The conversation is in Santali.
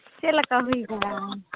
ᱪᱮᱫ ᱞᱮᱠᱟ ᱦᱩᱭ ᱟᱠᱟᱱᱟ